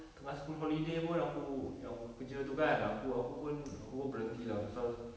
tengah school holiday pun yang bu~ kerja itu kan aku aku pun aku pun berhenti lah pasal